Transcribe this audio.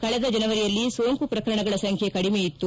ಕಳೆದ ಜನವರಿಯಲ್ಲಿ ಸೋಂಕು ಪ್ರಕರಣಗಳ ಸಂಖ್ಯೆ ಕಡಿಮೆ ಇತ್ತು